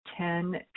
10